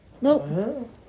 Nope